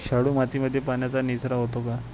शाडू मातीमध्ये पाण्याचा निचरा होतो का?